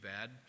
bad